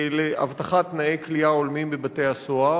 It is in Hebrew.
להבטחת תנאי כליאה הולמים בבתי-הסוהר.